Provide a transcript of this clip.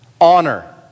honor